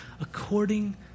according